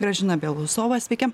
gražina belousova sveiki